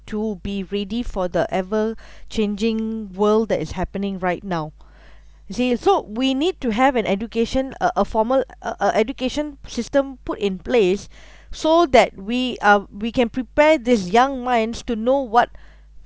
to be ready for the ever changing world that is happening right now you see so we need to have an education a a formal a a education system put in place so that we um we can prepare this young minds to know what